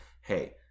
hey